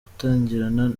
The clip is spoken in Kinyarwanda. gutangirana